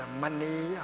money